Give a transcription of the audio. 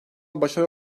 başarı